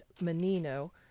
Menino